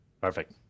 Perfect